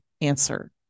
answer